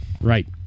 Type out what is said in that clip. Right